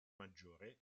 maggiore